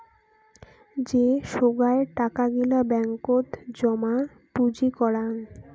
যে সোগায় টাকা গিলা ব্যাঙ্কত জমা পুঁজি করাং